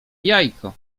jajko